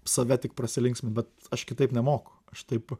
save tik prasilinksmint bet aš kitaip nemoku aš taip